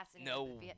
No